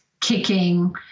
kicking